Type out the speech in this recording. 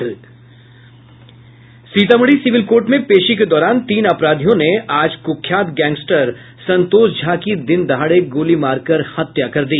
Sitamarhi civil court में पेशी के दौरान तीन अपराधियों ने आज कुख्यात गैंगस्टर संतोष झा की दिन दहाड़े गोली मारकर हत्या कर दी